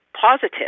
positive